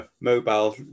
Mobile